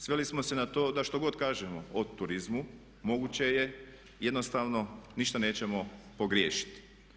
Sveli smo se na to da što god kažemo o turizmu moguće je jednostavno ništa nećemo pogriješiti.